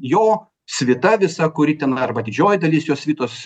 jo svita visa kuri ten arba didžioji dalis jo svitos